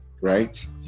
right